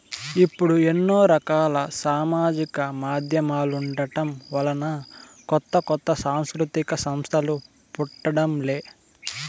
ఇప్పుడు ఎన్నో రకాల సామాజిక మాధ్యమాలుండటం వలన కొత్త కొత్త సాంస్కృతిక సంస్థలు పుట్టడం లే